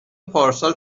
پارسال